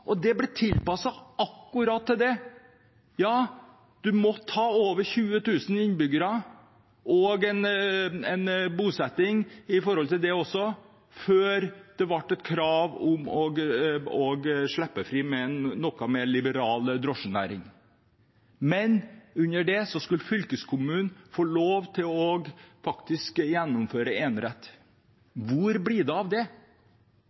og at det blir tilpasset akkurat til det. Ja, en må ha over 20 000 innbyggere og en viss tetthet i bosetting før det blir et krav om å slippe fri en noe mer liberal drosjenæring. Fylkeskommunen får lov til faktisk å gjennomføre enerett. Hvor bli det av det?